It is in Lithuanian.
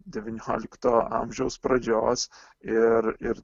devyniolikto amžiaus pradžios ir ir